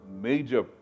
major